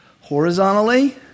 Horizontally